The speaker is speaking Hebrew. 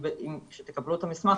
כשתקבלו את המסך,